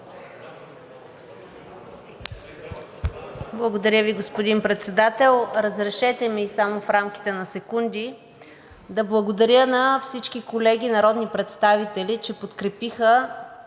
Благодаря Ви, господин Председател! Разрешете ми само в рамките на секунди да благодаря на всички колеги народни представители, че подкрепиха